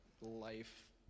life